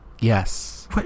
Yes